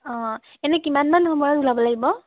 অঁ এনেই কিমানমান সময়ত ওলাব লাগিব